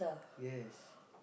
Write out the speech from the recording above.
yes